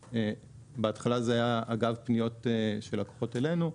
בהתחלה היה גל פניות של לקוחות אלינו.